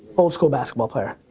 old school basketball player.